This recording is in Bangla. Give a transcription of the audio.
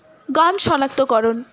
গম শনাক্তকরণ